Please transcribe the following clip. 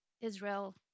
Israel